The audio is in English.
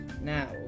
Now